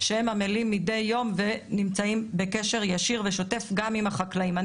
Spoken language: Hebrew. שהם עמלים מידי יום ונמצאים בקשר ישיר ושוטף גם עם החקלאים.